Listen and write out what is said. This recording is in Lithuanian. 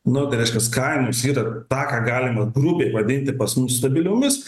nu tai reiškias kainos yra tą ką galima grubiai vadinti pas mus stabiliomis